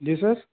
जी sir